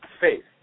faith